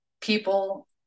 people